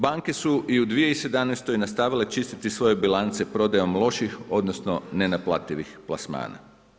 Banke su i u 2017. nastavile čistiti svoje bilance prodajom loših, odnosno nenaplativih plasmana.